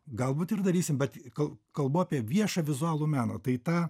galbūt ir darysim bet kal kalbu apie viešą vizualų meną tai tą